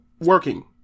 working